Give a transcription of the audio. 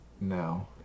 No